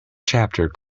chapter